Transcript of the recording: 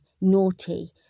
naughty